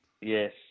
Yes